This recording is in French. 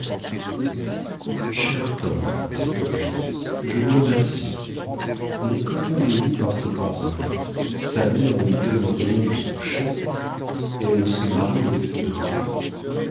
chère tante dit paul je vous remercie mais qu'entendez-vous par ces paroles sa mère ne lui donne rien de son chef elle se marie avec ses droits